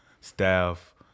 staff